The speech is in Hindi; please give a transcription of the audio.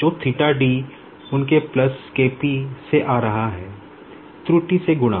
तो उनके प्लस K P से आ रहा है त्रुटि से गुणा